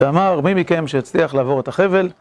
תאמר, מי מכם שהצליח לעבור את החבל?